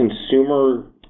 consumer